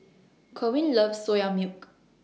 Kerwin loves Soya Milk